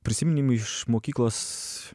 prisiminimai iš mokyklos